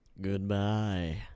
Goodbye